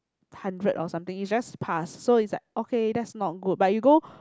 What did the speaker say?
hundred or something you just pass so is like okay that's not good but you go